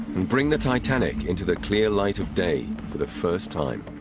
and bring the titanic into the clear light of day for the first time.